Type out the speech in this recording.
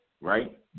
right